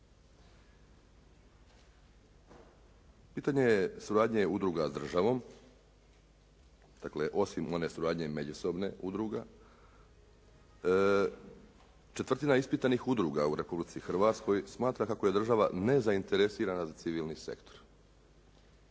Pitanje je suradnje udruga s državom, dakle, osim one suradnje međusobne, udruga. Četvrtina ispitanih udruga u Republici Hrvatskoj smatra kako je država nezainteresirana za civilni sektor,